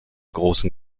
großen